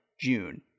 June